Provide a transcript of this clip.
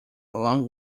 along